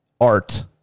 art